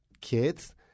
kids